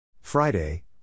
Friday